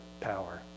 power